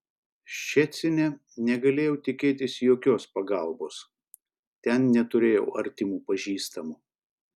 ščecine negalėjau tikėtis jokios pagalbos ten neturėjau artimų pažįstamų